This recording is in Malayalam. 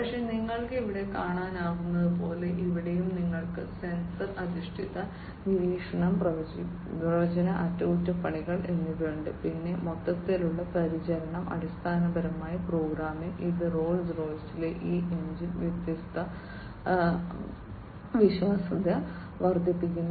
പക്ഷേ നിങ്ങൾക്ക് ഇവിടെ കാണാനാകുന്നതുപോലെ ഇവിടെയും നിങ്ങൾക്ക് സെൻസർ അധിഷ്ഠിത നിരീക്ഷണം പ്രവചന അറ്റകുറ്റപ്പണികൾ എന്നിവയുണ്ട് പിന്നെ മൊത്തത്തിലുള്ള പരിചരണം അടിസ്ഥാനപരമായി പ്രോഗ്രാമാണ് ഇത് റോൾസ് റോയ്സിലെ ഈ എഞ്ചിൻ വിശ്വാസ്യത വർദ്ധിപ്പിക്കുന്നു